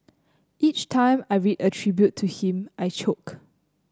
each time I read a tribute to him I choke